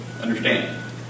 understand